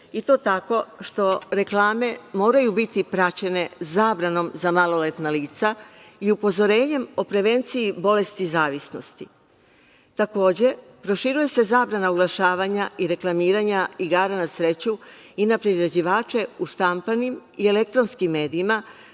i to tako što reklame moraju bit praćene zabranom za maloletna lica i upozorenjem o prevenciji bolesti zavisnosti. Takođe, proširuje se zabrana oglašavanja i reklamiranja igara na sreću i na prerađivače u štampanim i elektronskim medijima